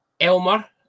Elmer